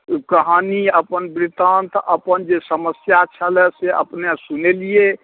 अपन कहानी अपन वृतान्त अपन जे समस्या छलै से अपने सुनेलिए